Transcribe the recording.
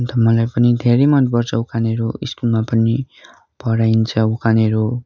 अन्त मलाई पनि धेरै मनपर्छ उखानहरू स्कुलमा पनि पढाइन्छ उखानहरू